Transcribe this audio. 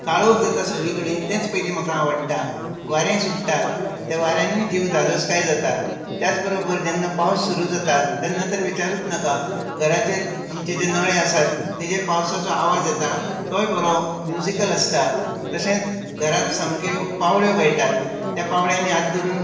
काळोख जाता सगळीं कडेन तेच पयलीं म्हाका आवडटा वारें सुट्टा त्या वाऱ्यान जीव धादोसकाय जाता त्याच बरोबर जेन्ना पावस सुरू जाता तेन्ना तर विचारूच नाका घराचेर आमचे जे नळे आसात तेजेर पावसाचो आवाज येता तोय बरो म्युजिकल आसता तशेंच घरांत सामके पांवळ्यो गळटात त्या पावळ्यांनी हात धरून